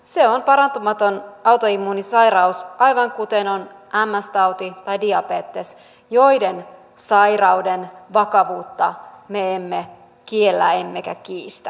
se on parantumaton autoimmuunisairaus aivan kuten on ms tauti tai diabetes joiden vakavuutta me emme kiellä emmekä kiistä